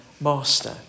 master